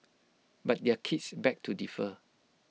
but their kids beg to differ